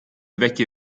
vecchie